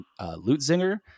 Lutzinger